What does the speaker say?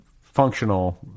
functional